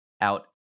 out